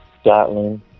Scotland